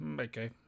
okay